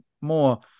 more